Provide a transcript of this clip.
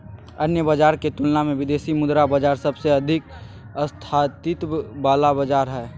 अन्य बाजार के तुलना मे विदेशी मुद्रा बाजार सबसे अधिक स्थायित्व वाला बाजार हय